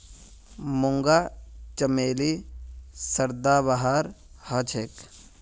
मूंगा चमेली सदाबहार हछेक